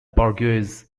bourgeoisie